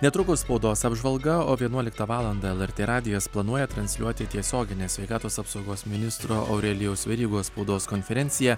netrukus spaudos apžvalga o vienuoliktą valandą lrt radijas planuoja transliuoti tiesioginę sveikatos apsaugos ministro aurelijaus verygos spaudos konferenciją